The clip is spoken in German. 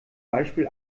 beispiel